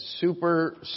super